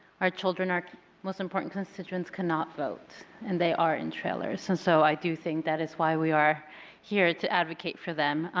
our children are our most important constituents cannot vote and they are in trailers. and so i do think that is why we are here to advocate for them.